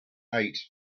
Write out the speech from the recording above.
eight